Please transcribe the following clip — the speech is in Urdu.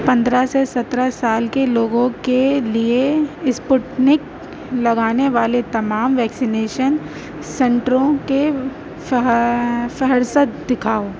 پندرہ سے سترہ سال کے لوگوں کے لیے اسپوٹنک لگانے والے تمام ویکسینیشن سنٹروں کے فہا فہرست دکھاؤ